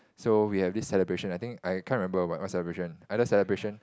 so we have this celebration I think I can't remember what what celebration either celebration